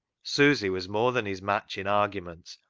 susy was more than his match in argument,